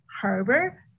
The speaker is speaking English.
harbor